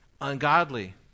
ungodly